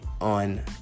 on